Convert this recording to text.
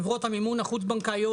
חברות המימון החוץ-בנקאיות,